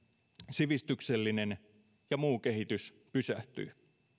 sivistyksellinen ja muu kehitys pysähtyy